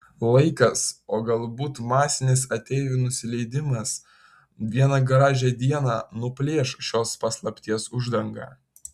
laikas o galbūt masinis ateivių nusileidimas vieną gražią dieną nuplėš šios paslapties uždangą